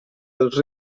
dels